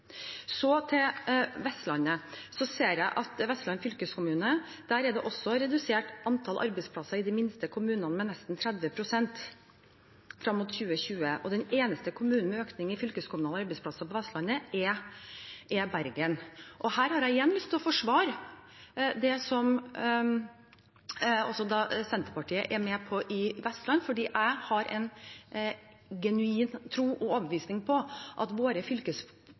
Så til Vestlandet. Jeg ser at det i Vestland fylkeskommune er redusert antall arbeidsplasser i de minste kommunene med nesten 30 pst. frem mot 2020. Den eneste kommunen med økning i fylkeskommunale arbeidsplasser på Vestlandet er Bergen. Jeg har igjen lyst til å forsvare det som Senterpartiet er med på i Vestland, for jeg har en genuin tro på og overbevisning om at